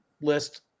list